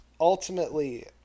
ultimately